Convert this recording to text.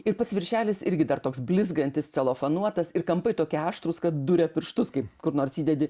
ir pats viršelis irgi dar toks blizgantis celofanuotas ir kampai tokie aštrūs kad duria pirštus kaip kur nors įdedi